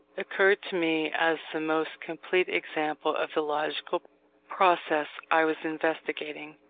occurred to me as the most complete example of the logical process i was investigating.